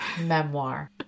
memoir